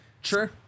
Sure